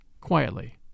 quietly